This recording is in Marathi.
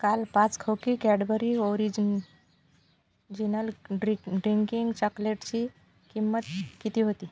काल पाच खोकी Cadbury original drink drinking चॉकलेटची किंमत किती होती